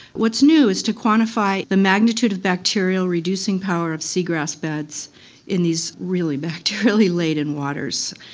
what's new is to quantify the magnitude of bacterial reducing power of seagrass beds in these really bacteria-laden waters.